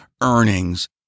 earnings